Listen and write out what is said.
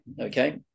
okay